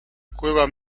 cueva